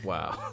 Wow